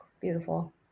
Beautiful